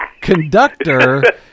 conductor